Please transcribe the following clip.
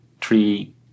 three